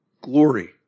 glory